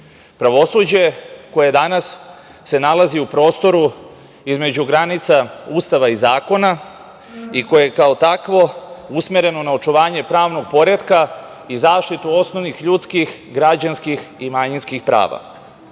pravosuđe koje danas se nalazi u prostoru između granica Ustava i zakona, i koje je kao takvo usmereno na očuvanje pravnog poretka i zaštitu osnovnih ljudskih, građanskih i manjinskih